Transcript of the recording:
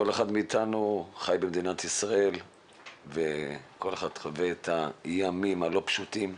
כל אחד מאתנו חי במדינת ישראל וכל אחד חווה את הימים הלא פשוטים,